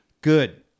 Good